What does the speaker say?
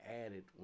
added